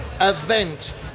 event